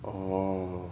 orh